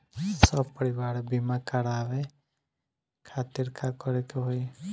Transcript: सपरिवार बीमा करवावे खातिर का करे के होई?